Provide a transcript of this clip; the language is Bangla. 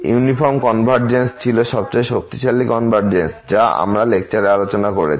ইউনিফর্ম কনভারজেন্স ছিল সবচেয়ে শক্তিশালী কনভারজেন্স যা আমরা লেকচারে আলোচনা করেছি